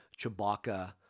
Chewbacca